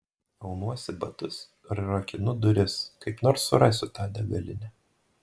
aunuosi batus ir rakinu duris kaip nors surasiu tą degalinę